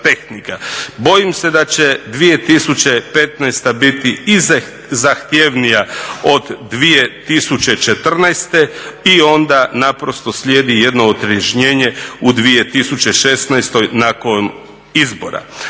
Bojim se da će 2015. biti i zahtjevnija od 2014. i onda naprosto slijedi jedno otrežnjenje u 2016. nakon izbora.